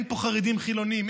ואין פה חרדים חילונים,